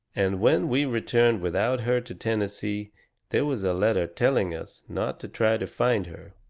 and when we returned without her to tennessee there was a letter telling us not to try to find her.